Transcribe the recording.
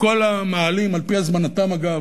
כל המאהלים, על-פי הזמנתם, אגב,